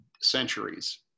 centuries